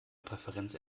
präferenz